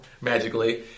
magically